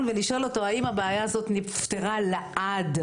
ולשאול אותו האם הבעיה הזאת נפתרה לעד,